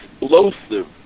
explosive